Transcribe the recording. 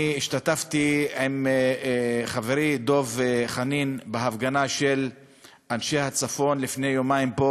אני השתתפתי עם חברי דב חנין בהפגנה של אנשי הצפון לפני יומיים פה,